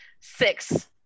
six